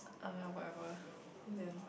uh whatever then